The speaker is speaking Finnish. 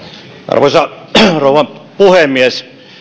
arvoisa rouva puhemies